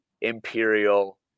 Imperial